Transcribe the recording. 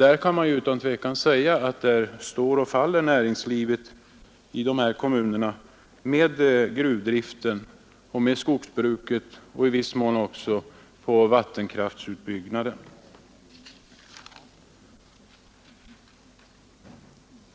Man kan utan tvekan säga att näringslivet i de här kommunerna står och faller med gruvdriften, skogsbruket och i viss mån vattenkraftsutbyggnaden.